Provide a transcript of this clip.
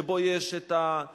שבו יש נמרצות,